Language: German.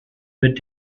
mit